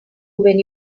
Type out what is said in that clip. when